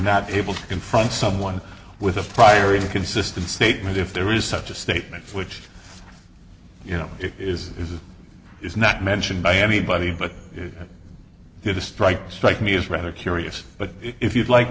not able to confront someone with a prior inconsistent statement if there is such a statement which you know it is is not mentioned by anybody but you just write strike me as rather curious but if you'd like